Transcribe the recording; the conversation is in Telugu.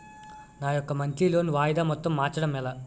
నా యెక్క మంత్లీ లోన్ వాయిదా మొత్తం మార్చడం ఎలా?